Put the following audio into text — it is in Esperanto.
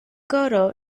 koro